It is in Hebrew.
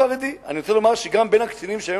אני רוצה לומר שגם בין הקצינים שהיום